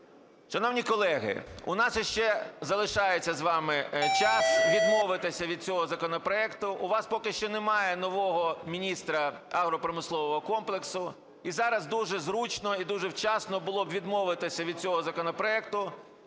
Шановні колеги, у нас іще залишається з вами час відмовитися від цього законопроекту. У вас поки що немає нового міністра агропромислового комплексу. І зараз дуже зручно і дуже вчасно було б відмовитися від цього законопроекту,